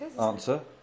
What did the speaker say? answer